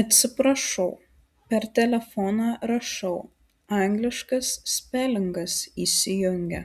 atsiprašau per telefoną rašau angliškas spelingas įsijungia